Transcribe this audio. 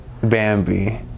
Bambi